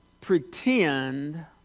pretend